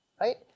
right